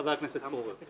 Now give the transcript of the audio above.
חבר הכנסת פורר.